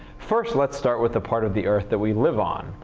first, let's start with the part of the earth that we live on.